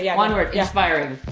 yeah one word, inspiring.